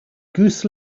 goose